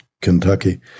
Kentucky